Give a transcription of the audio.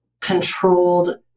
controlled